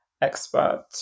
expert